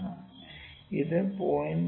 5 അത് 0